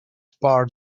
part